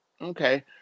Okay